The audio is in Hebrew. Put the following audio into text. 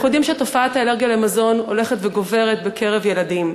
אנחנו יודעים שתופעת האלרגיה למזון הולכת וגוברת בקרב ילדים.